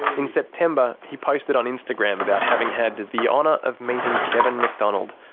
in september, he posted on instagram about having had the honour of meeting kevin macdonald,